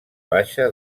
baixa